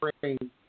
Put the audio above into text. bring